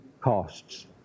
costs